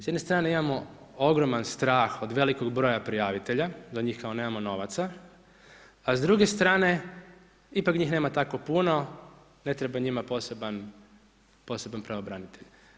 S jedne strane imamo ogroman strah od velikog broja prijavitelja, za njih kao nemamo novaca, a s druge strane ipak njih nema tako puno, ne treba njima poseban pravobranitelj.